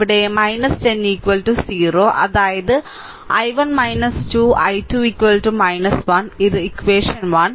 ഇവിടെ 10 0 അതായത് I1 2 I2 1 ഇത് ഇക്വഷൻ 1